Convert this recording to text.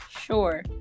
Sure